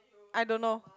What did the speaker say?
I don't know